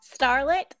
Starlet